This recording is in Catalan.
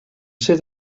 ser